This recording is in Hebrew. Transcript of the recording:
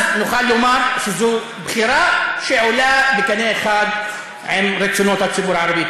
אז נוכל לומר שזו בחירה שעולה בקנה אחד עם רצונות הציבור הערבי.